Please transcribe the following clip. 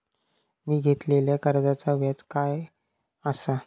मी घेतलाल्या कर्जाचा व्याज काय आसा?